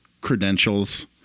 credentials